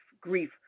grief